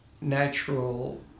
natural